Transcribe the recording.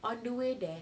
on the way there